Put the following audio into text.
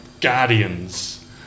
Guardians